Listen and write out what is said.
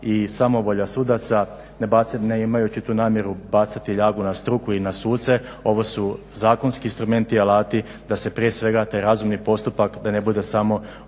i samovolja sudaca ne imajući tu namjeru bacati ljagu na struku i na suce ovo su zakonski instrumenti, alati da se prije svega taj razumni postupak da ne bude samo ono